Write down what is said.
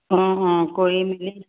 অঁ অঁ কৰি মেলি